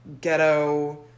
ghetto